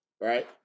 right